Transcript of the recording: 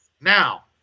Now